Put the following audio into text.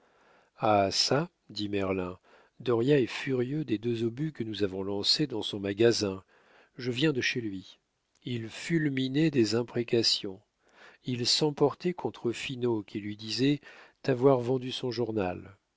ah çà dit merlin dauriat est furieux des deux obus que nous avons lancés dans son magasin je viens de chez lui il fulminait des imprécations il s'emportait contre finot qui lui disait t'avoir vendu son journal